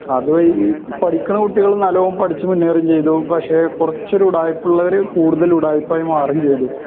അതും ഈ പഠിക്കുന്ന കുട്ടികള് നല്ലവണ്ണം പഠിച്ച് മുന്നേറുകയും ചെയ്തു പക്ഷേ കുറച്ചൊരു ഉഡായിപ്പുള്ളവര് കൂടുതൽ ഉഡായിപ്പായി മാറുകയും ചെയ്തു